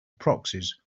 proxies